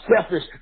selfish